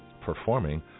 performing